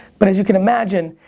but as you can imagine,